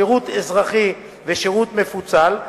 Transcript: שירות אזרחי ושירות מפוצל,